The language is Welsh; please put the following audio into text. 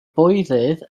bwydydd